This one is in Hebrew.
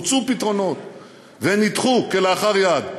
הוצעו פתרונות והם נדחו כלאחר יד.